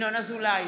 ינון אזולאי,